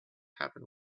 happen